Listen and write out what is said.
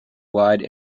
wide